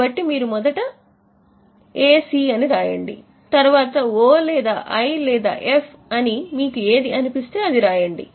కాబట్టి మీరు ఏసి అని రాయండి తర్వాత ఓ లేదా ఐ లేదా ఎఫ్ అని మీకు ఏది అనిపిస్తే అది రాయండి